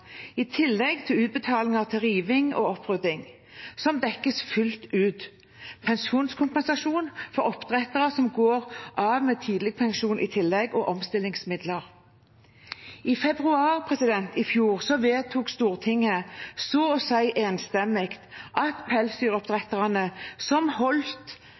i tillegg til utbetalinger til riving og opprydding, som dekkes fullt ut, pensjonskompensasjon for oppdrettere som går av med tidlig pensjon i tillegg, og omstillingsmidler. I februar i fjor vedtok Stortinget så å si enstemmig at pelsdyroppdretterne som holdt